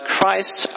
Christ